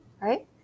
right